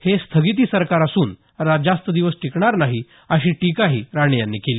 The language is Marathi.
हे स्थगिती सरकार असून जास्त दिवस टिकणार नाही अशी टीकाही राणे यांनी केली